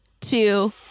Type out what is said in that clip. Two